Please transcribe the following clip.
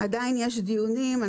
עדיין יש דיונים.